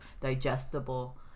digestible